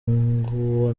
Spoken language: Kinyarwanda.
nguwo